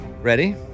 Ready